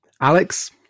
Alex